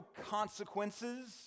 consequences